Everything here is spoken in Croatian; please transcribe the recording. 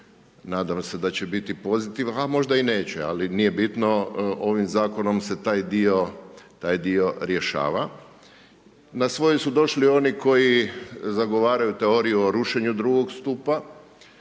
Nadam se daće biti pozitivan, a možda i neće, ali nije bitno, ovim Zakonom se taj dio, taj dio rješava. Na svoje su došli oni koji zagovaraju teoriju o rušenju drugog stupa,